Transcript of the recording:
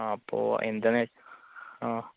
ആ അപ്പോൾ എന്തെന്ന് ആ